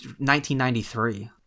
1993